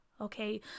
Okay